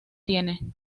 tiene